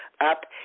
up